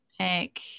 pick